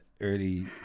early